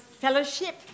Fellowship